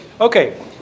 Okay